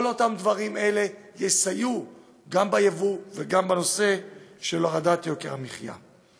כל אותם דברים יסייעו גם ביבוא וגם בהורדת יוקר המחיה.